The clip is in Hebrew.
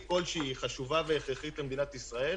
כלשהי היא חשובה והכרחית למדינת ישראל.